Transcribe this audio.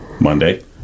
Monday